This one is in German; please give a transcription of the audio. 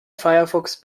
firefox